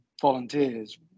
volunteers